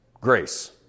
grace